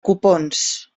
copons